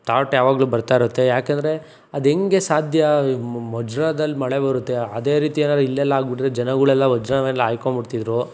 thought ಯಾವಗಲು ಬರ್ತಾಯಿರುತ್ತೆ ಏಕೆಂದ್ರೆ ಅದು ಹೆಂಗೆ ಸಾಧ್ಯ ವಜ್ರದಲ್ಲಿ ಮಳೆ ಬರುತ್ತೆ ಅದೇ ರೀತಿ ಏನಾರು ಇಲ್ಲೆಲ್ಲ ಆಗಿಬಿಟ್ರೆ ಜನಗಳೆಲ್ಲ ವಜ್ರವೆಲ್ಲ ಆಯ್ಕೊಂಬಿಡ್ತಿದ್ರು